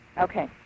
Okay